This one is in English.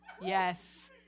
Yes